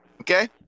Okay